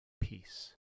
peace